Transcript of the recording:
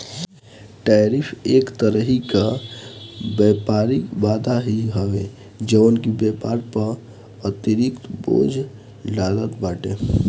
tariff एक तरही कअ व्यापारिक बाधा ही हवे जवन की व्यापार पअ अतिरिक्त बोझ डालत बाटे